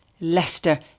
Leicester